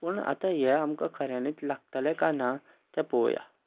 पूण आतां हें आमकां खऱ्यांनीच लागतलें कांय ना तें पळोवया